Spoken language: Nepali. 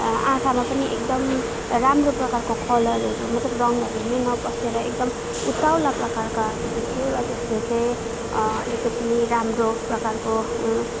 आँखामा पनि एकदम राम्रो प्रकारको कलरहरू मतलब रङ्हरू नै नबसेर एकदम उत्ताउला प्रकारकाहरू देखियो र त्यसले चाहिँ अलिकति राम्रो प्रकारको